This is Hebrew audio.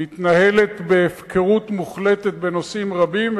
מתנהלת בהפקרות מוחלטת בנושאים רבים,